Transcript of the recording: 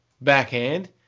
backhand